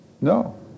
No